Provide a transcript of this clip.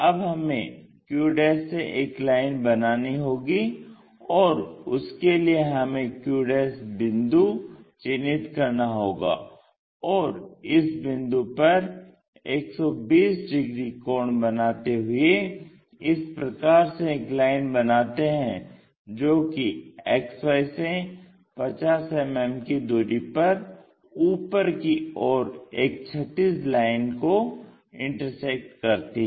अब हमें q से एक लाइन बनानी होगी और उसके लिए हमें q बिंदु चिन्हित करना होगा और इस बिंदु पर 120 डिग्री कोण बनाते हुए इस प्रकार से एक लाइन बनाते हैं जो कि XY से 50 मिमी की दूरी पर ऊपर की ओर एक क्षैतिज लाइन को इंटरसेक्ट करती है